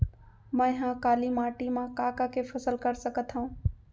मै ह काली माटी मा का का के फसल कर सकत हव?